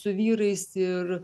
su vyrais ir